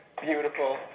beautiful